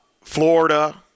Florida